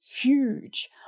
huge